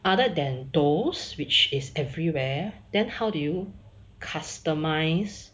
other than those which is everywhere then how do you customise